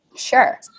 Sure